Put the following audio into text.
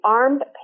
armed